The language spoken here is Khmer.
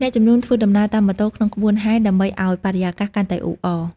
អ្នកជំនូនធ្វើដំណើរតាមម៉ូតូក្នុងក្បួនហែរដើម្បីឲ្យបរិយាកាសកាន់តែអ៊ូអរ។